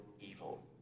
evil